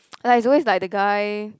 like always like the guy